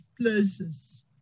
places